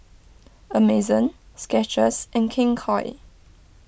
Amazon Skechers and King Koil